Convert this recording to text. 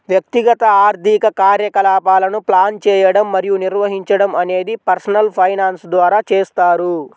వ్యక్తిగత ఆర్థిక కార్యకలాపాలను ప్లాన్ చేయడం మరియు నిర్వహించడం అనేది పర్సనల్ ఫైనాన్స్ ద్వారా చేస్తారు